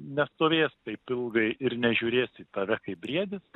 nestovės taip ilgai ir nežiūrės į tave kaip briedis